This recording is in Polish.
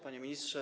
Panie Ministrze!